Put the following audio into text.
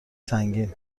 سنگین